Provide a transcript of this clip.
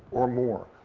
or more.